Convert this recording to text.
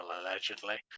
allegedly